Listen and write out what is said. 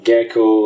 Gecko